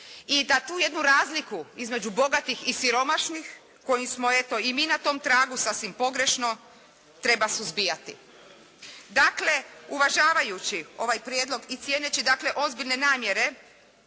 i da tu jednu razliku između bogatih i siromašnih koji smo eto i mi na tom tragu sasvim pogrešno treba suzbijati. Dakle uvažavajući ovaj prijedlog i cijeneći dakle ozbiljne namjere